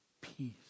peace